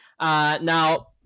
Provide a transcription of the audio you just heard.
Now